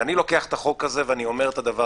ואני לוקח את החוק הזה ואני אומר את הדבר